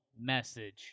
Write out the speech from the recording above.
message